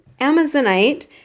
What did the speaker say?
amazonite